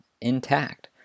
intact